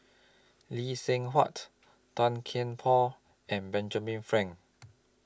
Lee Seng Huat Tan Kian Por and Benjamin Frank